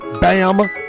bam